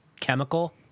chemical